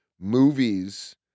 movies